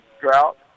drought